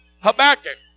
Habakkuk